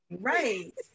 right